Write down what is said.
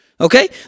okay